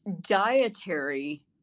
dietary